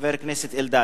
חבר הכנסת אלדד.